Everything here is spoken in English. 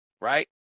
right